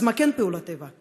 אז מה כן פעולת איבה?